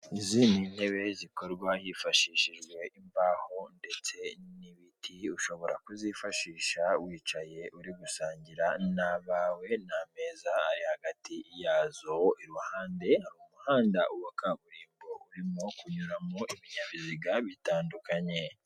Izi ni intebe zikorwa hifashishijwe imbaho ndetse n'ibiti ushobora kuzifashisha wicaye uri gusangira n'abawe n'ameza ari hagati ya zo iruhande hari umuhanda wa kaburimbo uri kunyuramo ibinyabiziga bitandukanye.